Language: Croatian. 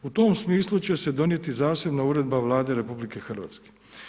U tom smislu će se donijeti zasebna uredba Vlade Republike Hrvatske.